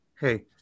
Hey